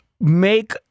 make